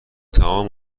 تمام